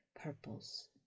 purples